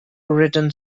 written